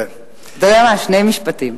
אתה יודע מה, שני משפטים.